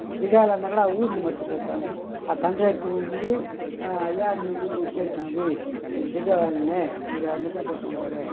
దిగాలన్న కూడా ఆ ఊరిని మర్చిపోతాము ఆ కండక్టర్ ఉండి అయ్యా మీ ఊరు వచ్చేసింది మీరు దిగవలెనే మీరు నిద్రపోతూ ఉన్నారు